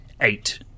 eight